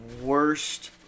worst